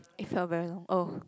it felt very long oh